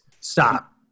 Stop